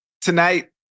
tonight